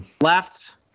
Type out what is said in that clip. left